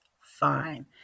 fine